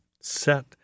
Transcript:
set